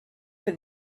for